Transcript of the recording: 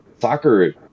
Soccer